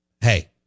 Hey